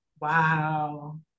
wow